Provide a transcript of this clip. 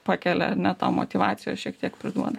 pakelia ar ne tau motyvacijos šiek tiek priduoda